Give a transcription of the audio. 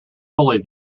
fully